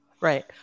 Right